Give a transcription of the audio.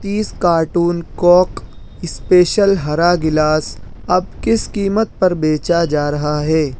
تیس carton Coke special ہرا glass اب کس قیمت پر بیچا جا رہا ہے